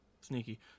sneaky